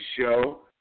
show